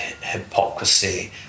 hypocrisy